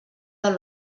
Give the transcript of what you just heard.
del